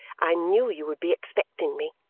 i knew you would be expecting me!